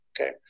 Okay